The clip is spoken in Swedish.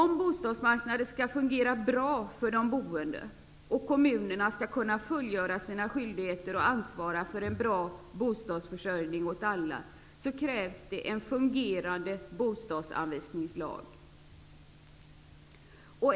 Om bostadsmarknaden skall fungera bra för de boende och om kommunerna skall kunna fullgöra sina skyldigheter och ansvara för en bra bostadsförsörjning åt alla, krävs en fungerande bostadsanvisningslag.